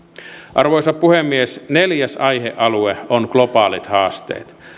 arvoisa puhemies neljäs aihealue on globaalit haasteet